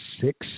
six